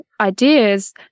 ideas